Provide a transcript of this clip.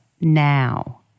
now